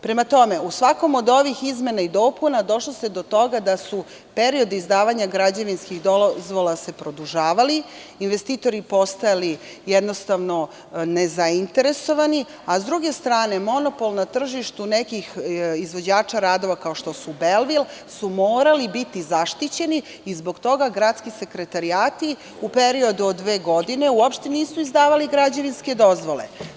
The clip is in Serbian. Prema tome, u svakom od ovih izmena i dopuna došlo se do toga da su periodu izdavanja građevinskih dozvola se produžavali, investitori postojali nezainteresovani, a s druge strane monopol na tržištu nekih izvođača radova, kao što su „Belvil“, su morali biti zaštićeni, i zbog toga gradski sekretarijati u periodu od dve godine uopšte nisu izdavali građevinske dozvole.